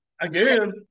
Again